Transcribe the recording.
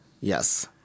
Yes